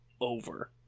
over